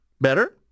better